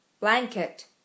Blanket